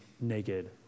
naked